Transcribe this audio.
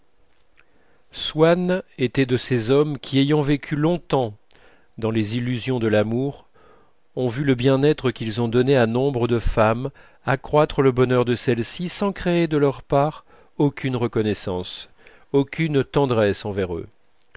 swann était un de ces hommes qui ayant vécu longtemps dans les illusions de l'amour ont vu le bien-être qu'ils ont donné à nombre de femmes accroître le bonheur de celles-ci sans créer de leur part aucune reconnaissance aucune tendresse envers eux